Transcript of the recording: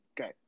Okay